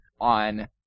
on